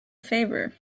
favor